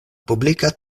publika